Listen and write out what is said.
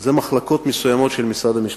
זה מחלקות מסוימות של משרד המשפטים.